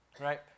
right